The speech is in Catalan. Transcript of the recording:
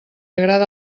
agrada